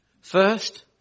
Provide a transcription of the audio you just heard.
First